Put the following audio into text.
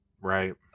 right